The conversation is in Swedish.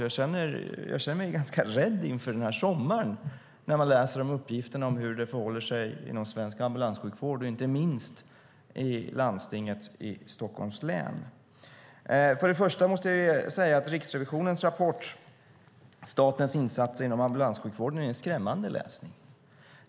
Jag känner mig ganska rädd inför sommaren när jag läser uppgifterna om hur det förhåller sig inom svensk ambulanssjukvård och inte minst i landstinget i Stockholms län. Först måste jag säga att Riksrevisionens rapport Statens insatser inom ambulansverksamheten är en skrämmande läsning.